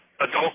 Adult